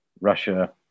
Russia